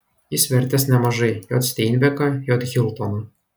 jis vertęs nemažai j steinbeką j hiltoną